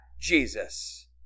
Jesus